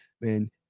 man